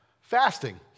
Fasting